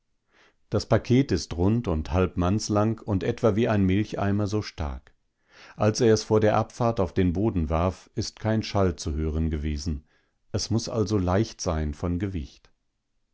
das paket ist rund und halbmannslang und etwa wie ein milcheimer so stark als er es vor der abfahrt auf den boden warf ist kein schall zu hören gewesen es muß also leicht sein von gewicht